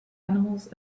animals